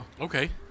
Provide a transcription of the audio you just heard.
Okay